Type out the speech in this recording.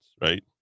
right